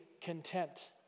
content